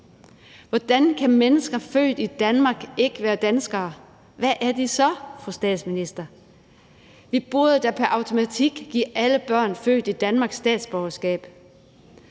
Hvordan kan mennesker født i Danmark ikke være danskere? Og hvad er de så? Det vil jeg spørge statsministeren om. Vi burde da pr. automatik give alle børn født i Danmark statsborgerskab.